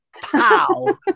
Pow